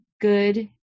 good